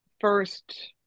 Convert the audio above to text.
first